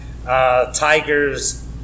Tigers